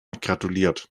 gratuliert